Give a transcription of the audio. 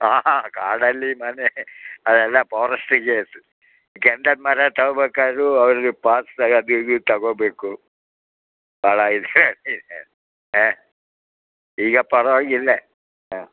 ಆಹ ಕಾಡಲ್ಲಿ ಮನೆ ಅದೆಲ್ಲ ಫಾರೆಸ್ಟಿಗೆ ಅದು ಗಂಧದ್ ಮರ ತಗೋಬೇಕಾದ್ರು ಅವ್ರದ್ದು ಪಾಸ್ ತಗೋಬೇಕು ಭಾಳಯಿದೆ ಎ ಈಗ ಪರವಾಗಿಲ್ಲ ಹಾಂ